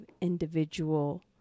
individual